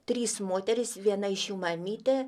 trys moterys viena iš jų mamytė